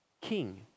King